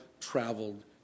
traveled